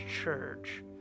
church